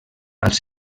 als